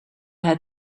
had